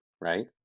right